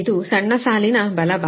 ಇದು ಸಣ್ಣ ಸಾಲಿನ ಬಲಭಾಗ